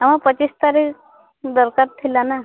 ଆମ ପଚିଶ ତାରିଖ ଦରକାର ଥିଲା ନା